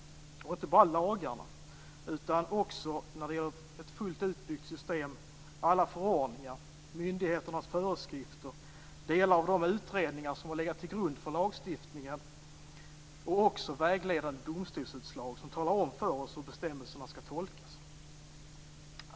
Det gäller inte bara lagarna utan också för ett fullt utbyggt system alla förordningar, myndigheternas föreskrifter, delar av de utredningar som har legat till grund för lagstiftningen och också vägledande domstolsutslag som talar om för oss hur bestämmelserna skall tolkas.